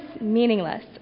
meaningless